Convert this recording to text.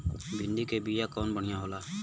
भिंडी के बिया कवन बढ़ियां होला?